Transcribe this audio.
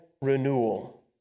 renewal